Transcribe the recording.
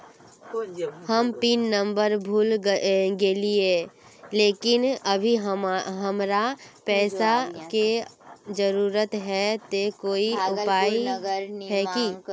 हम PIN number भूल गेलिये लेकिन अभी हमरा पैसा के जरुरत है ते कोई उपाय है की?